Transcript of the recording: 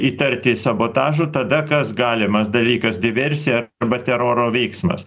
įtarti sabotažo tada kas galimas dalykas diversija arba teroro veiksmas